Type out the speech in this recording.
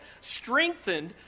Strengthened